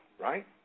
right